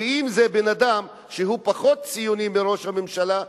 אם זה בן-אדם שהוא פחות ציוני מראש הממשלה,